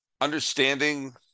understanding